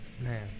man